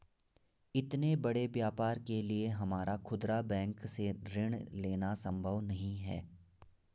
इतने बड़े व्यापार के लिए हमारा खुदरा बैंक से ऋण लेना सम्भव नहीं है